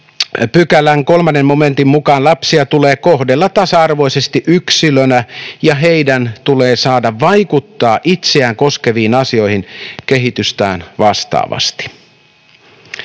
6 §:n 3 momentin mukaan lapsia tulee kohdella tasa-arvoisesti yksilönä, ja heidän tulee saada vaikuttaa itseään koskeviin asioihin kehitystään vastaavasti.